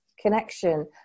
connection